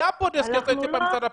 היה דסק יוצאי אתיופיה במשרד הפנים.